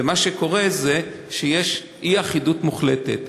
ומה שקורה זה שיש אי-אחידות מוחלטת.